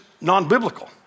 non-biblical